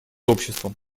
обществом